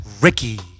Ricky